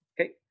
Okay